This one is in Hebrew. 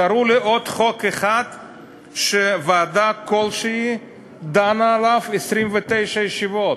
תראו לי עוד חוק אחד שוועדה כלשהי דנה עליו 29 ישיבות,